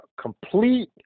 complete